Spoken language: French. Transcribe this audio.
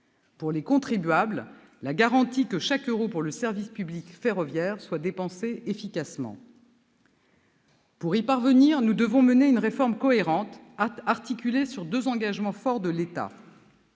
pour les contribuables, la garantie que chaque euro pour le service public ferroviaire est dépensé efficacement. Afin d'y parvenir, nous devons mener une réforme cohérente, articulée sur deux engagements forts de l'État.